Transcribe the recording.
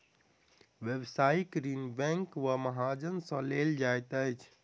व्यवसायिक ऋण बैंक वा महाजन सॅ लेल जाइत अछि